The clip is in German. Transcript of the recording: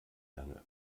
lange